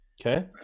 Okay